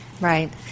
Right